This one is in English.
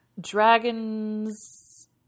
Dragons